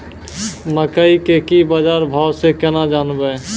मकई के की बाजार भाव से केना जानवे?